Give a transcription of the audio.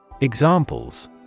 Examples